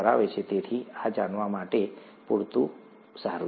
તેથી આ જાણવા માટે પૂરતું સારું છે